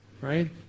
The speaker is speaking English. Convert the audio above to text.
right